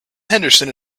henderson